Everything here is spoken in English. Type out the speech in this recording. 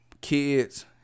kids